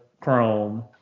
Chrome